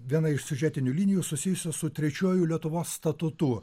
viena iš siužetinių linijų susijusių su trečiuoju lietuvos statutu